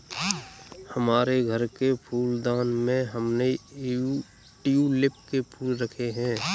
हमारे घर के फूलदान में हमने ट्यूलिप के फूल रखे हैं